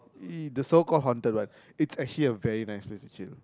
yeah the so called haunted one it's actually a very nice place to chill